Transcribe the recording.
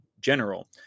general